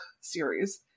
series